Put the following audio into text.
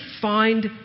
find